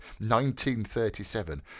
1937